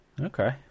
Okay